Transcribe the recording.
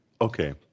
okay